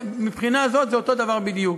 מבחינה זו זה אותו הדבר בדיוק.